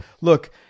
Look